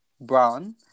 Brown